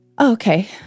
Okay